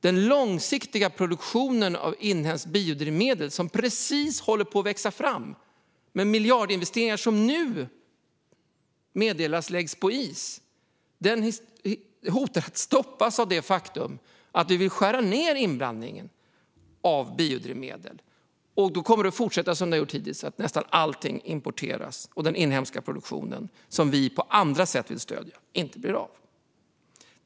Den långsiktiga produktion av inhemskt biodrivmedel som precis håller på att växa fram och där det nu meddelas att miljardinvesteringar läggs på is hotas att stoppas av det faktum att vi vill skära ned inblandningen av biodrivmedel. Då kommer det att fortsätta som det har gjort hittills - att nästan allting importeras och att den inhemska produktion som vi på andra sätt vill stödja inte blir av.